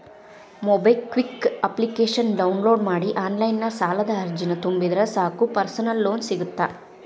MobiKwik ಅಪ್ಲಿಕೇಶನ download ಮಾಡಿ online ಸಾಲದ ಅರ್ಜಿನ ತುಂಬಿದ್ರ ಸಾಕ್ ಪರ್ಸನಲ್ ಲೋನ್ ಸಿಗತ್ತ